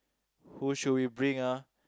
who should we bring ah